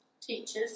teachers